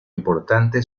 importante